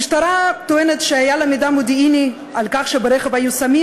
המשטרה טוענת שהיה לה מידע מודיעיני על כך שברכב היו סמים.